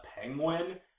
penguin